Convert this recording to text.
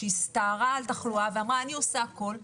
שהסתערה על התחלואה ואמרה: אני עושה הכול.